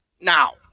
now